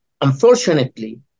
Unfortunately